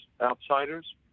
outsiders